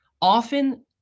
Often